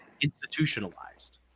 institutionalized